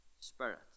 Spirit